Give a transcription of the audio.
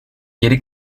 geri